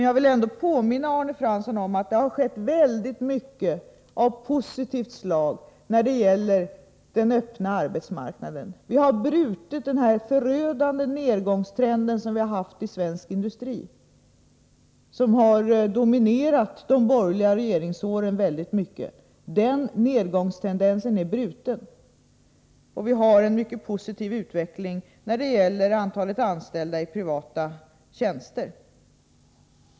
Jag vill ändå påminna Arne Fransson om att det har skett väldigt mycket av positivt slag när det gäller den öppna arbetsmarknaden. Vi har brutit den förödande nedgångstrend i svensk industri som i hög grad har dominerat de borgerliga regeringsåren. Utvecklingen är mycket positiv när det gäller antalet anställda i privata tjänster.